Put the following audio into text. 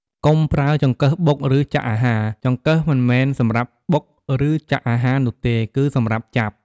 កុំប្រើចង្កឹះបុក ឬចាក់អាហារ ចង្កឹះមិនមែនសម្រាប់បុក ឬចាក់អាហារនោះទេ គឺសម្រាប់ចាប់។